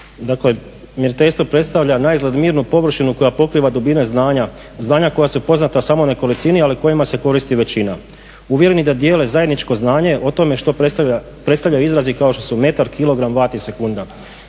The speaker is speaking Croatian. dakle mjeriteljstvo predstavlja naizgled mirnu površinu koja pokriva dubine znanja. Znanja koja su poznata samo nekolicini ali kojima se koristi većina, uvjereni da dijele zajedničko znanje o tome što predstavljaju izrazi kao što su metar, kilogram, vat i sekunda.